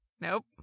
nope